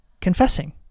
confessing